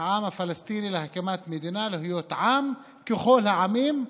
העם הפלסטיני להקמת מדינה ולהיות עם ככל העמים,